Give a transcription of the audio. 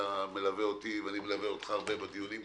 אתה מלווה אותי ואני מלווה אותך הרבה בדיונים כאן,